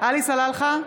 עלי סלאלחה,